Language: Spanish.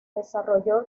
desarrolló